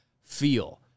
feel